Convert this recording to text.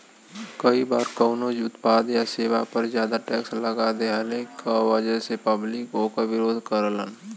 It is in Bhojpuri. कई बार कउनो उत्पाद या सेवा पर जादा टैक्स लगा देहले क वजह से पब्लिक वोकर विरोध करलन